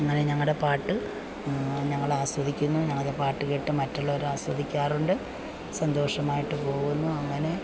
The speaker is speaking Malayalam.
അങ്ങനെ ഞങ്ങടെ പാട്ട് ഞങ്ങൾ ആസ്വധിദിക്കുന്നു ഞങ്ങളുടെ പാട്ട് കേട്ട് മറ്റുള്ളവരും ആസ്വദിക്കാറുണ്ട് സന്തോഷമായിട്ട് പോകുന്നു അങ്ങനെ